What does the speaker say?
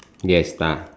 yes ah